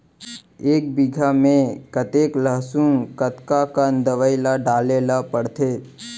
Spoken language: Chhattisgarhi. एक बीघा में कतेक लहसुन कतका कन दवई ल डाले ल पड़थे?